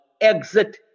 Exit